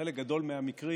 בחלק גדול מהמקרים,